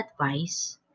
advice